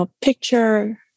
picture